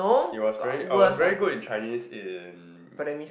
it was very I was very good in Chinese in